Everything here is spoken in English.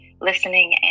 listening